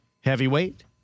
heavyweight